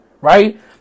right